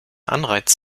anreiz